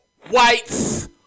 whites